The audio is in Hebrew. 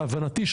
להבנתי,